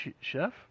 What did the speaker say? Chef